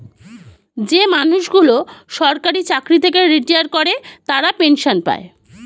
যে মানুষগুলো সরকারি চাকরি থেকে রিটায়ার করে তারা পেনসন পায়